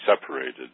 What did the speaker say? separated